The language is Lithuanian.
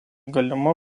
galima